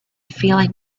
feeling